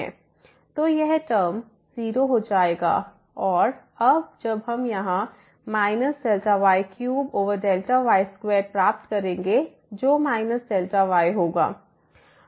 तो यह टर्म 0 हो जाएगा और जब हम यहां Δy3Δy2 प्राप्त करेंगे जो Δy होगा